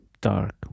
dark